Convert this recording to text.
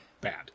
bad